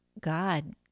God